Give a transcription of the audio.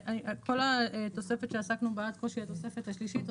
כל התוספת שעסקנו בה עד כה שהיא התוספת השלישית,